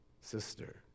Sister